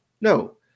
No